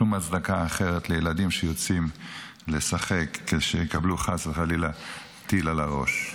שם הצדקה אחרת לזה שילדים יוצאים לשחק ויקבלו חס וחלילה טיל על הראש.